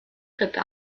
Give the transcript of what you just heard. rippe